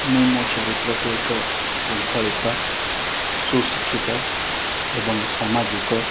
ମୁଁ ମୋ ଚରିତ୍ରକୁ ଏକ ଶୃଙ୍ଖଳିତ ଶୁ ଶିକ୍ଷିତ ଏବଂ ସାମାଜିକ